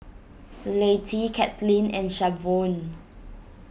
Lettie Katlyn and Shavonne